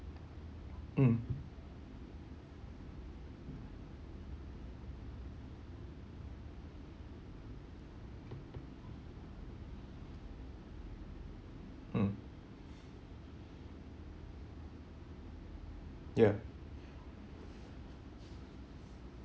mm mm ya